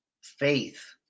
faith